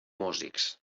músics